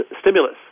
stimulus